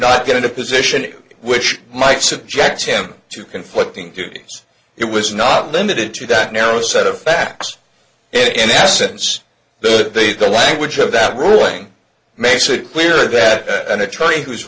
not get into position which might subject him to conflicting duties it was not limited to that narrow set of facts in the sense that they the language of that ruling makes it clear that an attorney who's